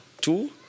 Two